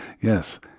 yes